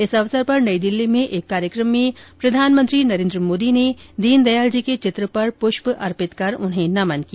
इस अवसर पर नई दिल्ली में एक कार्यक्रम में प्रधानमंत्री नरेन्द्र मोदी ने दीनदयाल जी के चित्र पर पुष्प अर्पित कर उन्हें नमन किया